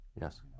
Yes